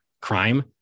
crime